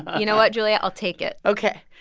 you know what, julia? i'll take it okay.